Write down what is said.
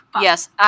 Yes